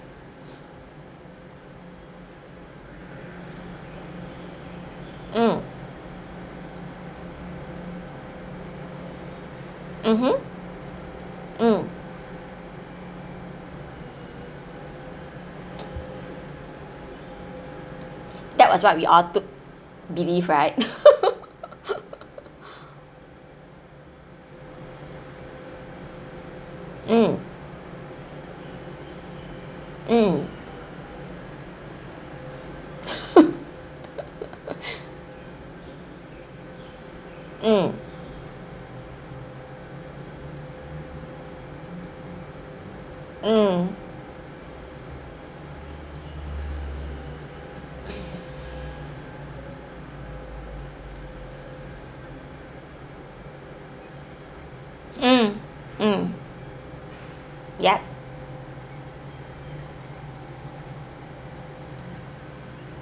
mm mmhmm mm that was what we all to believe right mm mm mm mm mm mm yup